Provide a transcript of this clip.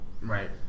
Right